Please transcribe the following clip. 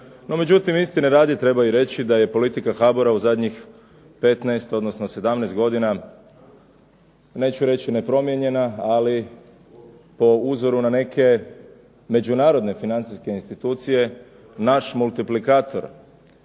međutim istine radi treba i reći da je politika HABOR-a u zadnjih 15, odnosno 17 godina neću reći nepromijenjena, ali po uzoru na neke međunarodne financijske institucije naš multiplikator